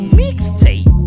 mixtape